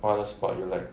what other sport you like